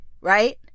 right